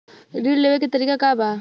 ऋण लेवे के तरीका का बा?